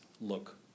look